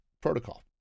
protocol